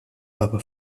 papa